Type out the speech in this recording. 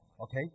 Okay